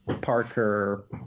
Parker